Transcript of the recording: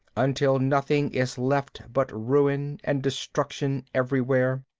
until nothing is left but ruin and destruction everywhere.